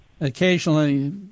occasionally